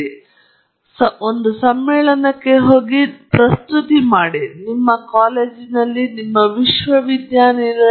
ನಾನು ಈ ಸರ್ಕ್ಯೂಟ್ನಲ್ಲಿ ಹೋಗುತ್ತಿದ್ದೇನೆ ಈ ಸರ್ಕ್ಯೂಟ್ನ ಮೂಲಕ ಹೋಗುವಾಗ ನಾನು ಹೋಲಿಸಿದರೆ ತೀರಾ ಚಿಕ್ಕದಾಗಿದೆ ಆದ್ದರಿಂದ ಈ ಮಾಪನದೊಂದಿಗೆ ಸಂಬಂಧಿಸಿದ ಐಆರ್ ಡ್ರಾಪ್ ತುಂಬಾ ಚಿಕ್ಕದಾಗಿದೆ